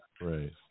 Right